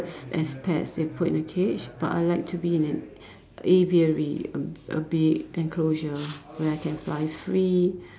s~ as pets they put in a cage but I like to be in an aviary a a big enclosure where I can fly free